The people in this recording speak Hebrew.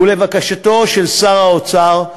ולבקשתו של שר האוצר,